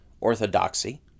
orthodoxy